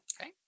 Okay